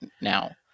now